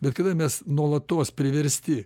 bet kada mes nuolatos priversti